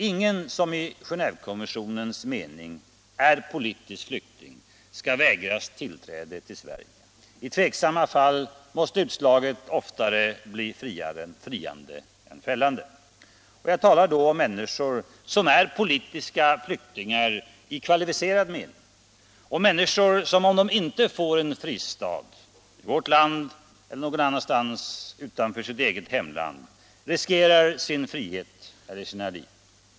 Ingen som i Genévekonventionens mening är politisk flykting skall vägras tillträde till Sverige. I tveksamma fall måste utslaget oftare bli friande än fällande. Jag talar då om människor som är politiska flyktingar i kvalificerad mening, om människor som om de inte får en fristad i vårt land eller någon annanstans utanför sitt hemland riskerar sin frihet eller sina liv.